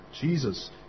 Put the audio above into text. Jesus